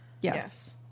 Yes